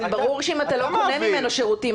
גם ברור שאם אתה לא קונה ממנו שירותים,